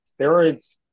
steroids